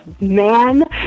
man